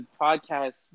podcast